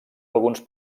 alguns